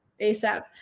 ASAP